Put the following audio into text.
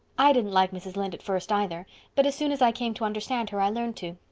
i didn't like mrs. lynde at first either but as soon as i came to understand her i learned to.